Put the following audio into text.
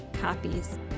copies